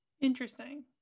Interesting